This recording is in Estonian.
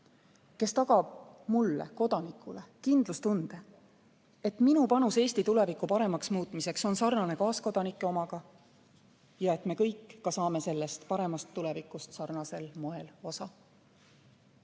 Kes tagab mulle, kodanikule, kindlustunde, et minu panus Eesti tuleviku paremaks muutmiseks on sarnane kaaskodanike omaga ja et me kõik ka saame sellest paremast tulevikust sarnasel moel osa.